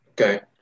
Okay